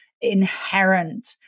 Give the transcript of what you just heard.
inherent